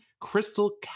Crystal